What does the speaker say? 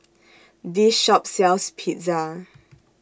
This Shop sells Pizza